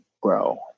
grow